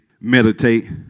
Meditate